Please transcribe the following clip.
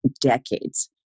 decades